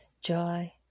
joy